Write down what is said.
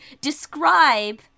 describe